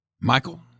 Michael